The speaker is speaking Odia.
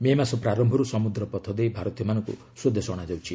ମେ' ମାସ ପ୍ରାର୍ୟରୁ ସମୁଦ୍ରପଥ ଦେଇ ଭାରତୀୟମାନଙ୍କୁ ସ୍ୱଦେଶ ଅଣାଯାଉଛି